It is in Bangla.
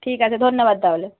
ঠিক আছে ধন্যবাদ তাহলে